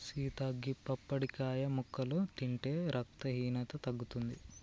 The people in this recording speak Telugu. సీత గీ పప్పడికాయ ముక్కలు తింటే రక్తహీనత తగ్గుతుంది